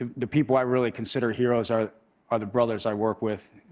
ah the people i really consider heros are are the brothers i work with.